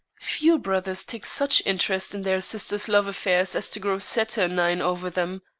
few brothers take such interest in their sister's love affairs as to grow saturnine over them.